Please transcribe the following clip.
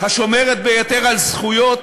השומרת ביותר על זכויות,